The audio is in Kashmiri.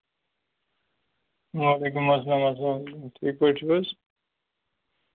وعلیکُم اسلام اسلامُ علیکُم ٹھیٖک پٲٹھۍ چھُو حظ